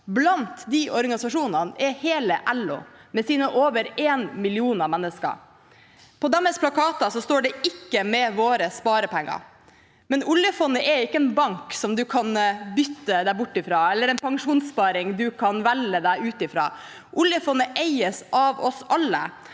Blant de organisasjonene er hele LO, med sine over én million mennesker. På deres plakater står det «ikke med våre sparepenger». Men oljefondet er ikke en bank som man kan bytte seg bort fra, eller en pensjonssparing som man kan velge å gå ut av. Oljefondet eies av oss alle,